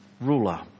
ruler